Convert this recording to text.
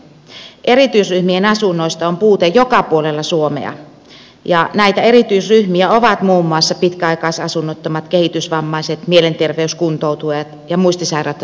erityisryh mien asunnoista on puute joka puolella suomea ja näitä erityisryhmiä ovat muun muassa pitkäaikaisasunnottomat kehitysvammaiset mielenterveyskuntoutujat ja muistisairautta sairastavat henkilöt